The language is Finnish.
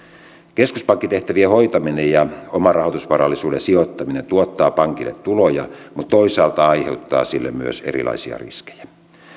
keskuspankkitehtävien hoitaminen ja oman rahoitusvarallisuuden sijoittaminen tuottavat pankille tuloja mutta toisaalta aiheuttavat sille myös erilaisia riskejä